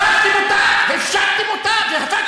הרגתם אותה, הפשטתם אותה ושלחתם את זה בווטסאפ.